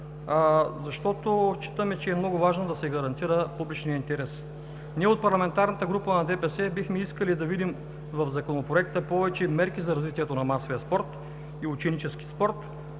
защото считаме, че е много важно да се гарантира публичният интерес. Ние от парламентарната група на ДПС бихме искали да видим в Законопроекта повече мерки за развитието на масовия спорт и ученическия спорт.